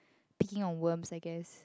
picking on worms I guess